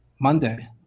Monday